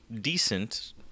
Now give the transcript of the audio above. decent